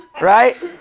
right